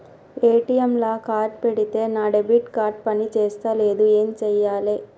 ATM లా card పెడితే నా డెబిట్ కార్డ్ పని చేస్తలేదు ఏం చేయాలే?